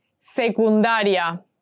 Secundaria